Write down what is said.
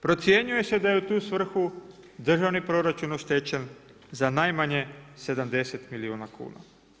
Procjenjuje se da je u tu svrhu državni proračun oštećen za najmanje 70 milijuna kuna.